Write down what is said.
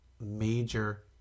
major